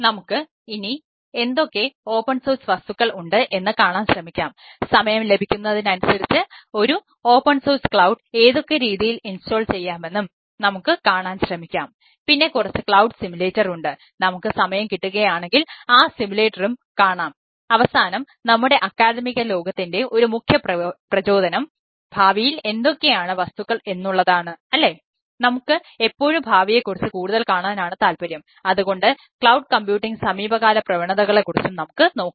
നമുക്ക് ഇനി എന്തൊക്കെ ഓപ്പൺസോഴ്സ് സമീപകാല പ്രവണതകളെ കുറിച്ചും നമുക്ക് നോക്കാം